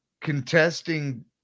contesting